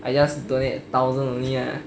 I just donate thousand only lah